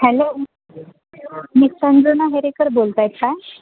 hello miss Sanjana Herekar बोलत आहेत काय